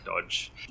dodge